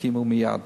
הסכימו מייד